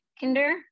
kinder